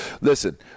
listen